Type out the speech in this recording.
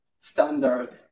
standard